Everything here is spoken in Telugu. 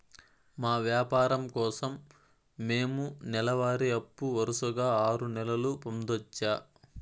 మా వ్యాపారం కోసం మేము నెల వారి అప్పు వరుసగా ఆరు నెలలు పొందొచ్చా?